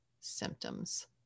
symptoms